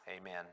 Amen